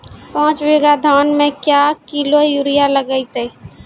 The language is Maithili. पाँच बीघा धान मे क्या किलो यूरिया लागते?